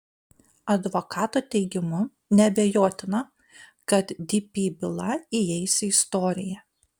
advokato teigimu neabejotina kad dp byla įeis į istoriją